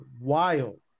wild